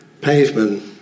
pavement